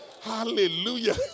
Hallelujah